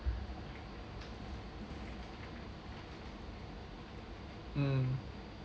mm